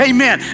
Amen